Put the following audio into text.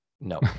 no